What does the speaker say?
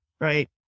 right